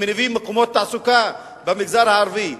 שמניבים מקומות תעסוקה במגזר הערבי.